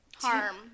Harm